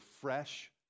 fresh